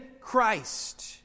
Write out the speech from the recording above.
Christ